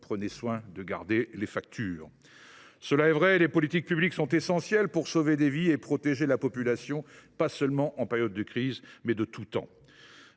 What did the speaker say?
en d’autres termes. De fait, les politiques publiques sont essentielles pour sauver des vies et protéger la population, non seulement en période de crise, mais en tout temps